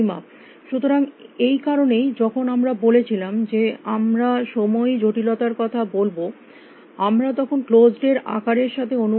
সুতরাং এই কারণেই যখন আমরা বলেছিলাম যে আমরা সময় জটিলতার কথা বলব আমরা তখন ক্লোস্ড এর আকারের সাথে অনুমান করে নেব